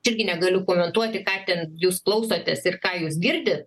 irgi negaliu komentuoti ką ten jūs klausotės ir ką jūs girdi